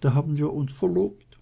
da haben wir uns verlobt